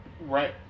Right